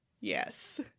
Yes